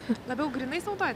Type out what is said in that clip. labai grynais naudojatės